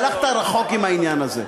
הלכת רחוק עם העניין הזה.